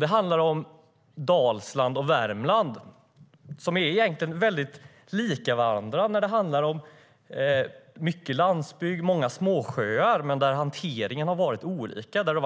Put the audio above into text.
Det handlar om Dalsland och Värmland, som egentligen är väldigt lika varandra. Det är mycket landsbygd och många småsjöar. Där har det varit olika hantering.